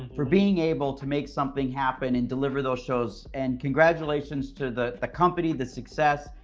for being able to make something happen, and deliver those shows, and congratulations to the the company, the success,